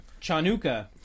Chanukah